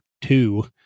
two